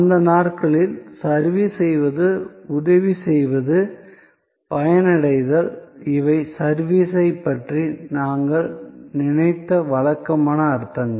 அந்த நாட்களில் சர்விஸ் செய்வது உதவி செய்வது பயனடைதல் இவை சர்விஸ் ஐ பற்றி நாங்கள் நினைத்த வழக்கமான அர்த்தங்கள்